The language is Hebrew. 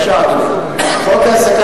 בבקשה, אדוני.